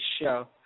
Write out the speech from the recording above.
show